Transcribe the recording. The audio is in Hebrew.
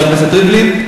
חבר הכנסת ריבלין,